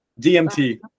DMT